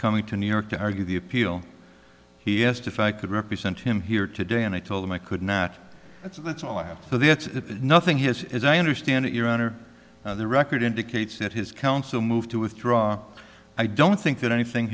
coming to new york to argue the appeal he asked if i could represent him here today and i told him i could not that's it that's all i have for the it's nothing he has as i understand it your honor the record indicates that his counsel moved to withdraw i don't think that anything